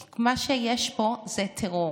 כי מה שיש פה זה טרור,